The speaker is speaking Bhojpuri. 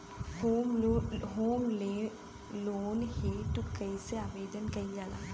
होम लोन हेतु कइसे आवेदन कइल जाला?